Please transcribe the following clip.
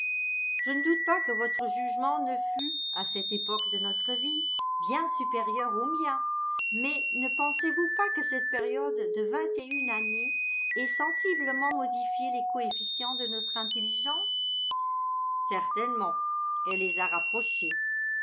je ne doute pas que votre jugement ne fût à cette époque de notre vie bien supérieur au mien mais ne pensez-vous pas que cette période de vingt et une années ait sensiblement modifié les coefficients de notre intelligence certainement elle les a rapprochés